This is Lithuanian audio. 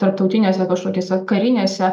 tarptautinėse kažkokiose karinėse